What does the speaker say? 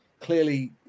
Clearly